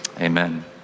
Amen